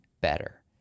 better